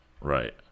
Right